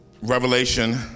Revelation